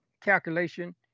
calculation